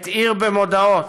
את "עיר במודעות"